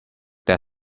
that